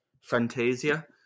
Fantasia